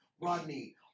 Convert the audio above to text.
Rodney